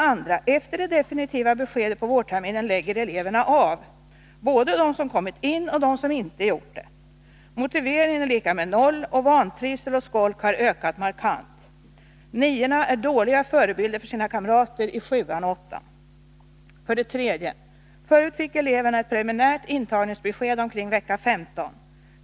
2. Efter det definitiva beskedet på vårterminen lägger eleverna av, både de som kommit in och de som inte gjort det. Motiveringen är lika med noll, och vantrivsel och skolk har ökat markant. Niorna är dåliga förebilder för sina kamrater i sjuan och åttan. 3. Förut fick eleverna ett preliminärt intagningsbesked omkring vecka 15.